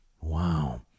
Wow